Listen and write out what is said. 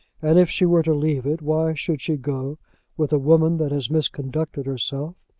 and if she were to leave it, why should she go with a woman that has misconducted herself?